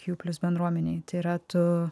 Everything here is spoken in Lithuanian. kju plius bendruomenei tai yra tu